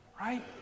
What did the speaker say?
Right